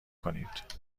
کنید